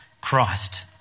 Christ